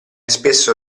spesso